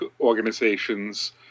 organizations